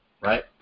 right